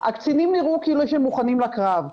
הקצינים נראו כאילו שהם מוכנים לקרב,